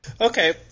Okay